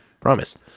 Promise